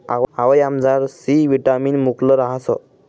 आवयामझार C vitamin मुकलं रहास